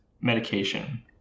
medication